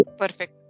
perfect